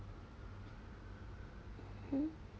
mm